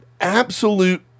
absolute